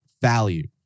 value